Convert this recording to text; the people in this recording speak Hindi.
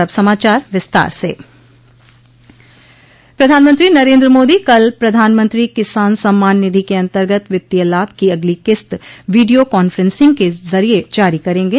अब समाचार विस्तार से प्रधानमंत्री नरेंद्र मोदी कल प्रधानमंत्री किसान सम्मान निधि के अंतर्गत वित्तीय लाभ की अगली किस्त वीडियो कॉन्फ्रेंस के जरिए जारी करेंगे